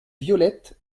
violettes